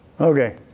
Okay